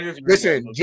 listen